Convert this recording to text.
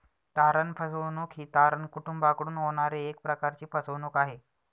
तारण फसवणूक ही तारण कुटूंबाकडून होणारी एक प्रकारची फसवणूक आहे